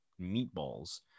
meatballs